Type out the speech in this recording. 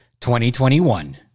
2021